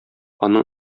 аның